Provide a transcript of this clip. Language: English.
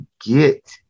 get